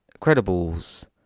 Credibles